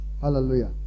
Hallelujah